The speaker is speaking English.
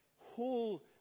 whole